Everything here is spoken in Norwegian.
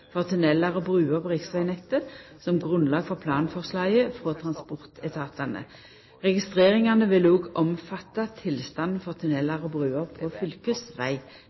og bruer på riksvegnettet, som grunnlag for planforslaget frå transportetatane. Registreringane vil òg omfatta tilstanden for tunnelar og